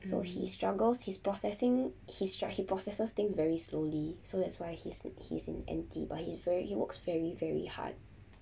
so he struggles he's processing his tru~ he processes things very slowly so that's why he's he's in N_T but he's very he works very very hard